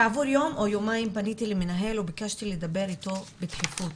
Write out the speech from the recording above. כעבור יום או יומיים פניתי למנהל וביקשתי לדבר איתו בדחיפות.